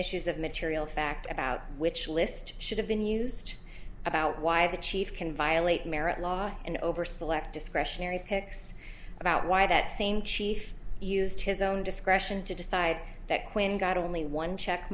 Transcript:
issues of material fact about which list should have been used about why the chief can violate merit law in over select discretionary picks about why that same chief used his own discretion to decide that quinn got only one check